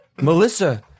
Melissa